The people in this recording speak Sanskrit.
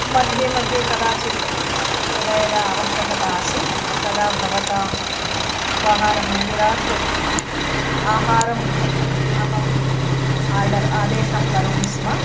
मध्ये मध्ये कदाचित् यदा यदा आवश्यकता आसीत् तदा भवताम् उपाहारमन्दिरात् आहारम् अहम् आर्डर् आदेशं करोमि स्म